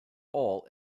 all